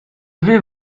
vais